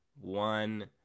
one